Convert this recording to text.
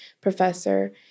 professor